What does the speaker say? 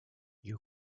you